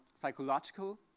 psychological